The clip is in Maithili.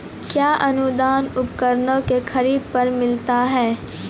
कया अनुदान उपकरणों के खरीद पर मिलता है?